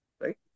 right